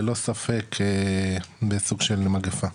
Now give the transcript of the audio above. ללא ספק בסוג של מגפה.